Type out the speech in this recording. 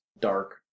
dark